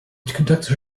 conducts